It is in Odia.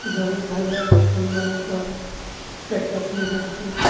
ଜରି ଖାଇଲେ ଛେଲିମାନଙ୍କର ପେଟ ଫୁଲି ଯାଉଛି